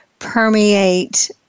permeate